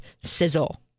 sizzle